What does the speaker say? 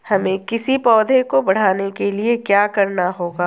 हमें किसी पौधे को बढ़ाने के लिये क्या करना होगा?